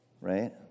right